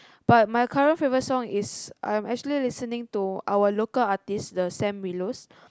but my current favorite song is I am actually listening to our local artiste the Sam-Willows